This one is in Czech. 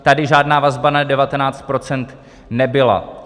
Tady žádná vazba na 19 procent nebyla.